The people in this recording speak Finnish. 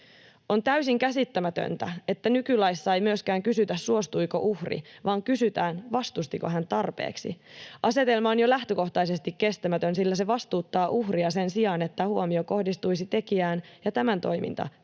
On täysin käsittämätöntä, että nykylaissa ei myöskään kysytä, suostuiko uhri, vaan kysytään, vastustiko hän tarpeeksi. Asetelma on jo lähtökohtaisesti kestämätön, sillä se vastuuttaa uhria sen sijaan, että huomio kohdistuisi tekijään ja tämän toiminta